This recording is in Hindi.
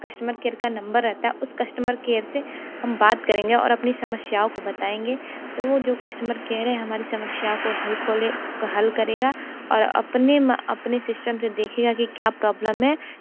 कस्टमर केयर का नम्बर रहता है उस कस्टमर केयर से हम बात करेंगे और अपनी समस्याओं को बताएँगे तो वो जो कस्टमर केयर है हमारी समस्याओं को हल खोले हल करेगा और अपने अपने सिस्टम से देखेगा कि क्या प्रॉब्लम है